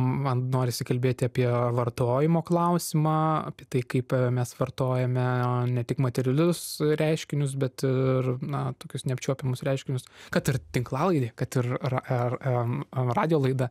man norisi kalbėti apie vartojimo klausimą apie tai kaip mes vartojame o ne tik materialius reiškinius bet ir na tokius neapčiuopiamus reiškinius kad ir tinklalaidėje kad ir radijo laida